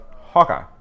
Hawkeye